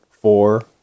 four